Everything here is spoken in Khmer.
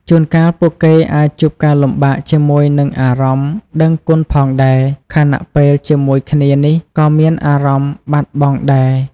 ជួនកាលពួកគេអាចជួបការលំបាកជាមួយនឹងអារម្មណ៍ដឹងគុណផងដែរ ខណៈពេលជាមួយគ្នានេះក៏មានអារម្មណ៍បាត់បង់ដែរ។